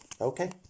okay